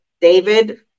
David